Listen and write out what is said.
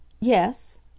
Yes